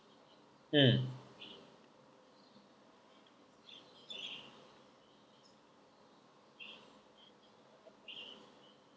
mm